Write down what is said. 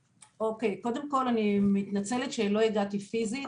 אני מתנצלת שלא הגעתי פיזית,